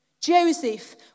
Joseph